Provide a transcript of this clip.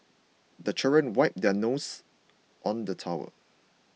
the children wipe their nose on the towel